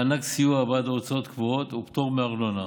מענק סיוע בעד הוצאות קבועות ופטור מארנונה.